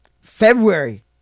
February